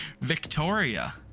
Victoria